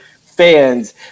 fans